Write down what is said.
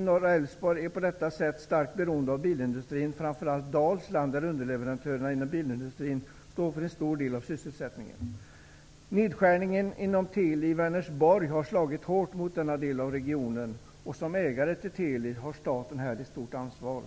Norra Älvsborg är starkt beroende av bilindustrin. Detta gäller framför allt Dalsland, där underleverantörerna inom bilindustrin står för en stor del av sysselsättningen. Nedskärningen inom Teli i Vänersborg har slagit hårt mot denna del av regionen. Som ägare till Teli har staten här ett stort ansvar.